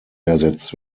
ersetzt